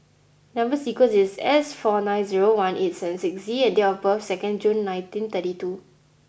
number sequence is S four nine zero one eight seven six Z and date of birth is second June nineteen thirty two